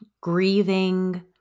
grieving